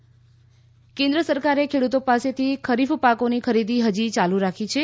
ખરીફ ખરીદી કેન્દ્ર સરકારે ખેડ઼તો પાસેથી ખરીફ પાકોની ખરીદી હજી ચાલુ રાખી છે